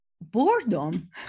Boredom